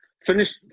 Finish